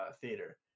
theater